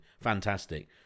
Fantastic